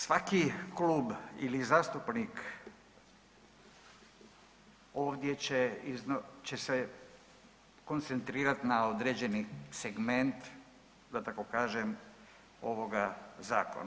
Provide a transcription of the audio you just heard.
Svaki klub ili zastupnik ovdje će se koncentrirati na određeni segment, da tako kažem, ovoga zakona.